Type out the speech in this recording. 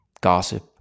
gossip